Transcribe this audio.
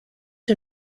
who